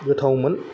गोथावमोन